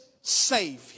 savior